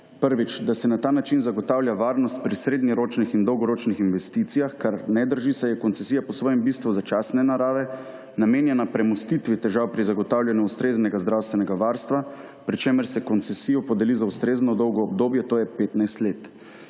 prvič, da se na ta način zagotavlja varnost pri srednjeročnih in dolgoročnih investicijah, kar ne drži, saj je koncesija po svojem bistvu začasne narave, namenjena premostitvi težav pri zagotavljanju ustreznega zdravstvenega varstva, pri čemer se koncesijo podeli za ustrezno dolgo obdobje, to je 15 let.